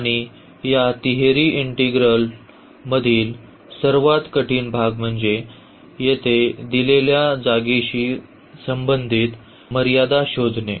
आणि या तिहेरी इंटीग्रल मधील सर्वात कठीण भाग म्हणजे येथे दिलेल्या जागेशी संबंधित मर्यादा शोधणे